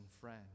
friend